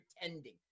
pretending